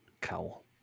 cowl